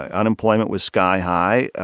ah unemployment was sky-high.